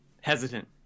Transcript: hesitant